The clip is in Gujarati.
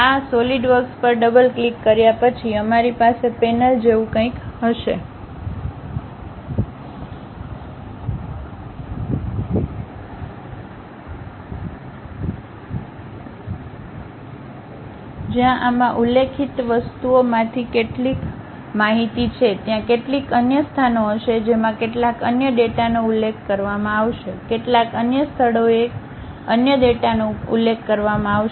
આ સોલિડવર્ક્સ પર ડબલ ક્લિક કર્યા પછી અમારી પાસે પેનલ જેવું કંઈક હશે જ્યાં આમાં ઉલ્લેખિત વસ્તુઓમાંથી કેટલીક માહિતી છે ત્યાં કેટલીક અન્ય સ્થાનો હશે જેમાં કેટલાક અન્ય ડેટાનો ઉલ્લેખ કરવામાં આવશે કેટલાક અન્ય સ્થળોએ કેટલાક અન્ય ડેટાનો ઉલ્લેખ કરવામાં આવશે